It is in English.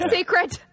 Secret